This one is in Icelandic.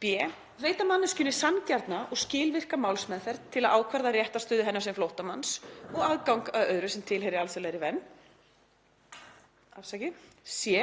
b. veita manneskjunni sanngjarna og skilvirka málsmeðferð til að ákvarða réttarstöðu hennar sem flóttamanns og aðgang að öðru sem tilheyrir alþjóðlegri vernd, c.